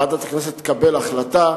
ועדת הכנסת תקבל החלטה,